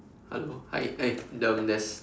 hello hi eh um there's